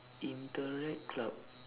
interact club